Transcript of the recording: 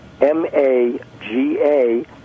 m-a-g-a